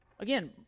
again